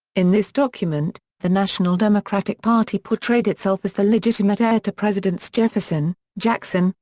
in this document, the national democratic party portrayed itself as the legitimate heir to presidents jefferson, jackson,